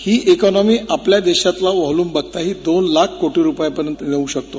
ही economy आपल्या देशातला volume बघता ही दोन लाखकोटी रुपयांपर्यंत येऊ शकतो